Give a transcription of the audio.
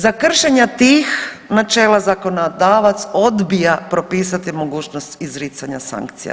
Za kršenje tih načela zakonodavac odbija propisati mogućnost izricanja sankcija.